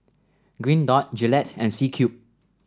Green Dot Gillette and C Cube